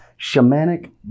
shamanic